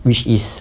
which is